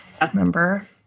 remember